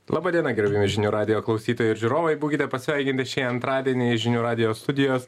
laba diena gerbiami žinių radijo klausytojai ir žiūrovai būkite pasveikinti šį antradienį žinių radijo studijos